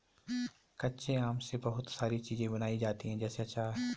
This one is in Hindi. कच्चे आम से बहुत सारी चीज़ें बनाई जाती है जैसे आचार